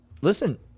listen